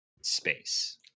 space